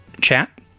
chat